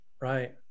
Right